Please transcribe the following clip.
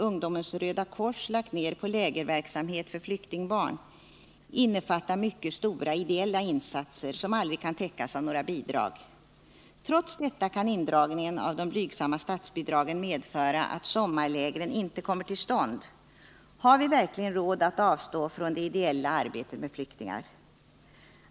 Ungdomens röda kors lagt ned på lägerverksamhet för flyktingbarn innefattar mycket stora ideella insatser, som aldrig kan täckas av några bidrag. Trots detta kan indragningen av de blygsamma statsbidragen medföra att sommarlägren inte kommer till stånd. Har vi verkligen råd att avstå från det ideella arbetet med flyktingar?